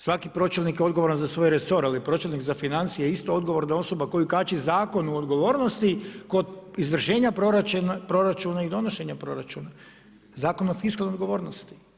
Svaki pročelnik je odgovoran za svoj resor, ali pročelnik za financije je isto odgovorna osoba koju kaži Zakon o odgovornosti kod izvršenja proračuna i donošenje proračuna, Zakon o fiskalnoj odgovornosti.